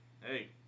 hey